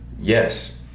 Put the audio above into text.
yes